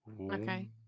Okay